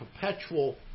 perpetual